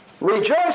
Rejoice